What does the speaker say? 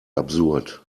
absurd